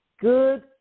Good